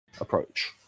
approach